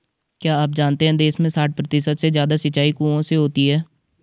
क्या आप जानते है देश में साठ प्रतिशत से ज़्यादा सिंचाई कुओं से होती है?